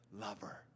lover